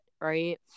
right